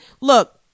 Look